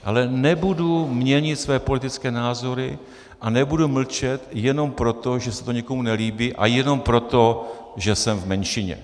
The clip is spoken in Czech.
Ale nebudu měnit své politické názory a nebudu mlčet jenom proto, že se to někomu nelíbí, a jenom proto, že jsem v menšině.